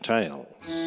Tales